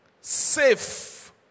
safe